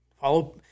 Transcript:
follow